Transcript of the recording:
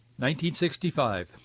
1965